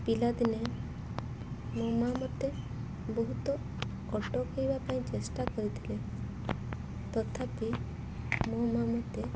ପିଲାଦିନେ ମୋ ମାଆ ମୋତେ ବହୁତ ଅଟକାଇବା ପାଇଁ ଚେଷ୍ଟା କରିଥିଲେ ତଥାପି ମୋ ମାଆ ମୋତେ